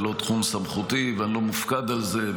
זה לא תחום סמכותי ואני לא מופקד על זה,